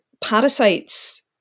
parasites